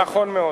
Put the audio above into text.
נכון מאוד.